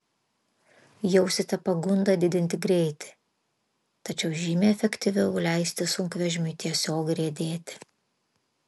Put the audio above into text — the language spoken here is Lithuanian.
jausite pagundą didinti greitį tačiau žymiai efektyviau leisti sunkvežimiui tiesiog riedėti